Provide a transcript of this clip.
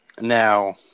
Now